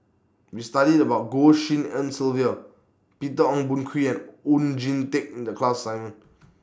We studied about Goh Tshin En Sylvia Peter Ong Boon Kwee and Oon Jin Teik in The class assignment